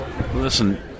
Listen